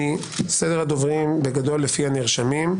סדר הדוברים בגדול לפי הנרשמים,